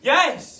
Yes